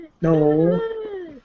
No